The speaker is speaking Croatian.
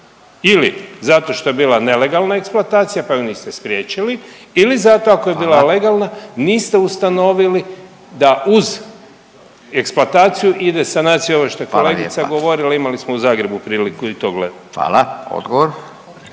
Ili zato što je bila nelegalna eksploatacija pa ju niste spriječili ili zato ako je bila …/Upadica: Hvala./… legalne niste ustanovili da uz eksploataciju ide sanacija …/Upadica: Hvala lijepa./… ovo šta je kolegica govorila, imali smo u Zagrebu priliku i to gledati. **Radin,